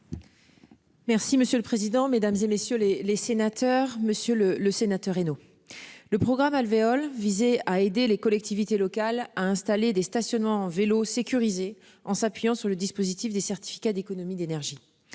Merci monsieur le président, Mesdames, et messieurs les les sénateurs, monsieur le le sénateur. Le programme alvéoles visait à aider les collectivités locales à installer des stationnements vélo sécurisés en s'appuyant sur le dispositif des certificats d'économie d'énergie.